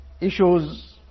issues